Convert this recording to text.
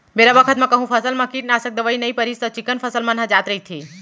बेरा बखत कहूँ फसल म कीटनासक दवई नइ परिस त चिक्कन फसल मन ह जात रइथे